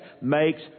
makes